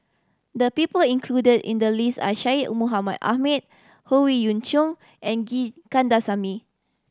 the people included in the list are Syed Mohamed Ahmed Howe Yoon Chong and G Kandasamy